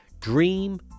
Dream